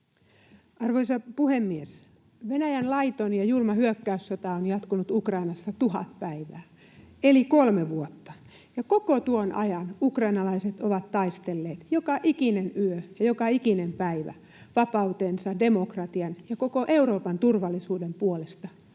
Arvoisa puhemies! Venäjän laiton ja julma hyökkäyssota on jatkunut Ukrainassa tuhat päivää eli kolme vuotta, ja koko tuon ajan ukrainalaiset ovat taistelleet joka ikinen yö ja joka ikinen päivä vapautensa, demokratian ja koko Euroopan turvallisuuden puolesta